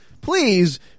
Please